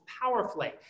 powerfully